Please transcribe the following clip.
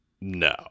No